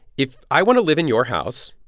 if i want to live in your house,